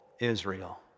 Israel